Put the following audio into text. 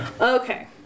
Okay